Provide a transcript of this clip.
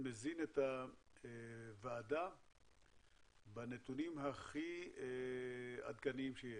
שמזין את הוועדה בנתונים הכי עדכניים שיש.